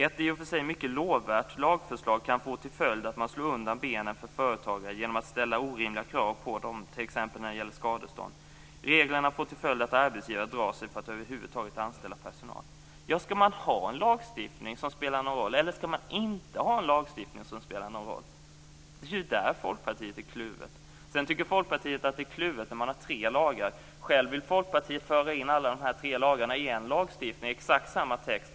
Ett i och för sig mycket lovvärt lagförslag kan få till följd att man slår undan benen för företagare genom att ställa orimliga krav på dem t.ex. när det gäller skadestånd. Reglerna får till följd att arbetsgivare drar sig för att över huvud taget anställa personal. Skall man ha en lagstiftning som spelar någon roll, eller skall man inte ha en lagstiftning som spelar någon roll? Det är ju där Folkpartiet är kluvet. Sedan tycker man i Folkpartiet att det är kluvenhet att ha tre lagar. Själv vill man föra in alla de här tre lagarna i en lagstiftning med exakt samma text.